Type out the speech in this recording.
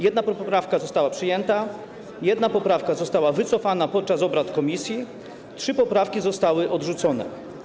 Jedna poprawka została przyjęta, jedna poprawka została wycofana podczas obrad komisji, trzy poprawki zostały odrzucone.